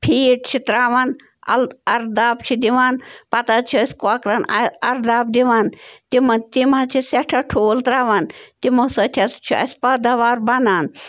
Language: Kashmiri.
پھیٖڈ چھِ ترٛاوان اَل اَرداب چھِ دِوان پَتہٕ حظ چھِ أسۍ کۄکرَن اَرداب دِوان تِمَن تِم حظ چھِ سٮ۪ٹھاہ ٹھوٗل ترٛاوان تِمو سۭتۍ حظ چھِ اَسہِ پٲداوار بَنان